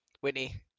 Whitney